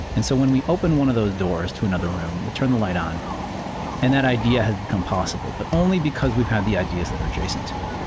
and so when we open one of those doors to another room, we turn the light on and that idea has become possible, but only because we've had the ideas that are adjacent to it.